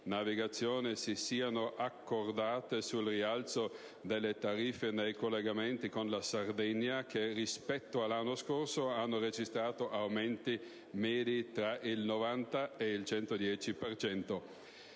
navigazione si siano accordate sul rialzo delle tariffe nei collegamenti con la Sardegna, che rispetto all'anno scorso hanno registrato aumenti medi tra il 90 e il 110